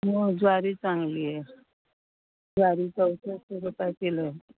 हो ज्वारी चांगली आहे ज्वारी चौसष्ट रुपये किलो आहे